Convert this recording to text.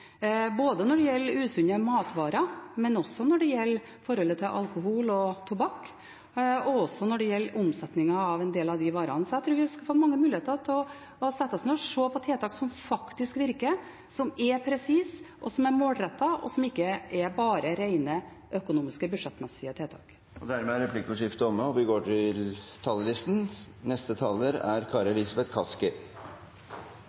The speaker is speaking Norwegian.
både når det gjelder usunne matvarer og forholdet til alkohol og tobakk, og når det gjelder omsetningen av en del av de varene. Jeg tror vi skal få mange muligheter til å sette oss ned og se på tiltak som faktisk virker, som er presise, som er målrettede, og som ikke bare er rent økonomiske, budsjettmessige tiltak. Replikkordskiftet er omme. Norge og